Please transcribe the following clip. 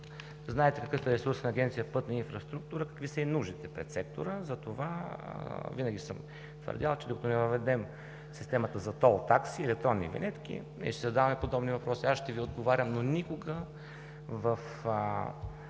знаете какъв е ресурсът на Агенция „Пътна инфраструктура“, какви са и нуждите пред сектора. Затова винаги съм твърдял, че докато не въведем системата за тол такси, електронни винетки, Вие ще задавате подобни въпроси – аз ще Ви отговарям. Но никога в